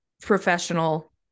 professional